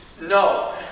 no